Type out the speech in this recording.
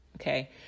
okay